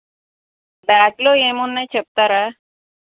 బ్యాగ్లో ఏమున్నాయి చెప్తారా